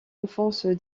enfance